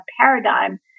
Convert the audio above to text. paradigm